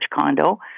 condo